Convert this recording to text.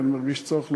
ואני מרגיש צורך לומר,